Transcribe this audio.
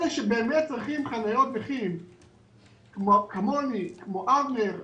אלה שבאמת צריכים חניות כמוני, כמו אבנר,